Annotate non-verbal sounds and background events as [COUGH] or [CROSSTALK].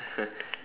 [LAUGHS]